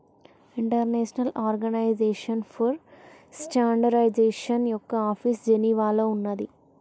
international organization for standardization యొక్క office జెనీవాలో ఉన్నాది